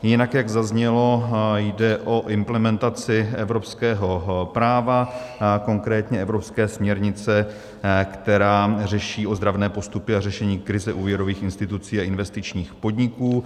Jinak jak zaznělo, jde o implementaci evropského práva, konkrétně evropské směrnice, která řeší ozdravné postupy a řešení krize úvěrových institucí a investičních podniků.